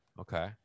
Okay